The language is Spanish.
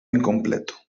incompleto